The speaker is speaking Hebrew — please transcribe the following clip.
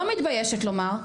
ואני לא מתביישת לומר,